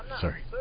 Sorry